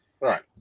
Right